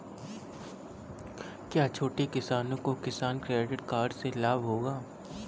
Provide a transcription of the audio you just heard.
क्या छोटे किसानों को किसान क्रेडिट कार्ड से लाभ होगा?